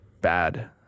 bad